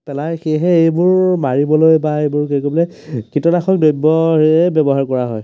পেলায় সেয়েহে এইবোৰ মাৰিবলৈ বা এইবোৰ কৰিবলৈ কীটনাশক দ্ৰব্যৰে ব্যৱহাৰ কৰা হয়